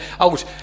Out